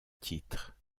titre